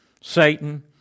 Satan